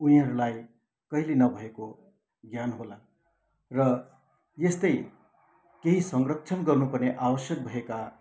उनीहरूलाई कहिले नभएको ज्ञान होला र यस्तै केही संरकक्षण गर्नु पर्ने आवश्यक भएका